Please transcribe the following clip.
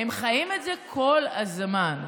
הם חיים את זה כל הזמן.